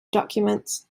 documents